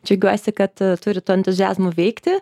džiaugiuosi kad turit to entuziazmo veikti